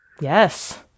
Yes